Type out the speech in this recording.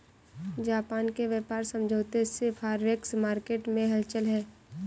Japan के व्यापार समझौते से फॉरेक्स मार्केट में हलचल है